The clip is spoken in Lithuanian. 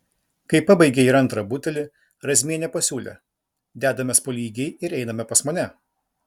kai pabaigė ir antrą butelį razmienė pasiūlė dedamės po lygiai ir einame pas mane